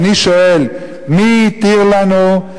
ואני שואל: מי התיר לנו?